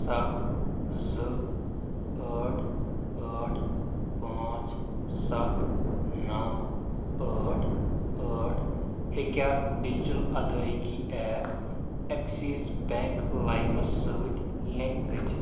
ستھ زٕ ٲٹھ ٲٹھ پانٛژ ستھ نوٲٹھ ٲٹھ ہیٚکیٛاہ ڈِجٹل ادائیگی ایپ ایٚکسیٖز بیٚنٛک لایِمس سۭتۍ لِنٛک گٔژھِتھ